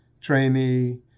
trainee